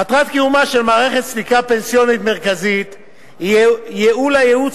מטרת קיומה של מערכת סליקה פנסיונית מרכזית היא ייעול הייעוץ